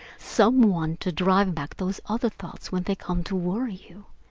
some one to drive back those other thoughts when they come to worry you.